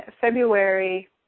February